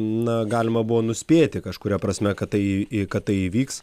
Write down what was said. na galima buvo nuspėti kažkuria prasme kad tai kad tai įvyks